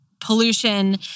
pollution